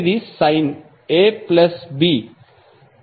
మొదటిది sine A plus B